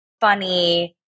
funny